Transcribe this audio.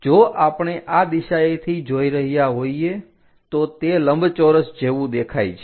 જો આપણે આ દિશાએથી જોઈ રહ્યા હોઈએ તો તે લંબચોરસ જેવું દેખાય છે